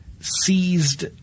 seized